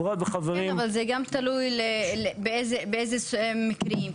אבל זה גם תלוי באיזה מקרים.